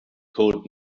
code